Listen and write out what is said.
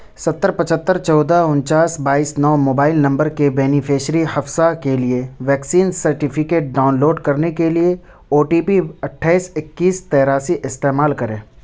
ستر پچھتر چودہ اننچاس بائیس نو موبائل نمبر کے بینیفشیری حفصہ کے لیے ویکسین سرٹیفکیٹ ڈاؤن لوڈ کرنے کے لیے او ٹی پی اٹھائیس اکیس تراسی استعمال کریں